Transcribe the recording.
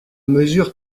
mesure